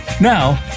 Now